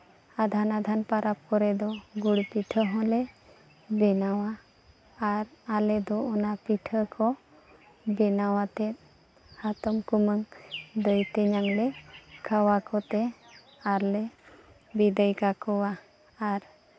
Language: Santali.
ᱟᱫᱷᱟᱱᱼᱟᱫᱷᱟᱱ ᱯᱚᱨᱚᱵᱽ ᱠᱚᱨᱮ ᱫᱚ ᱜᱩᱲ ᱯᱤᱴᱷᱟᱹ ᱦᱚᱸᱞᱮ ᱵᱮᱱᱟᱣᱟ ᱟᱨ ᱟᱞᱮ ᱫᱚ ᱚᱱᱟ ᱯᱤᱴᱷᱟᱹ ᱠᱚ ᱵᱮᱱᱟᱣ ᱟᱛᱮ ᱦᱟᱛᱚᱢᱼᱠᱩᱢᱟᱹᱝ ᱫᱟᱹᱭᱼᱛᱮᱧᱟᱝ ᱞᱮ ᱠᱷᱟᱣᱟᱣ ᱠᱚᱛᱮ ᱟᱨᱞᱮ ᱵᱤᱫᱟᱹᱭ ᱠᱟᱠᱚᱣᱟ ᱟᱨ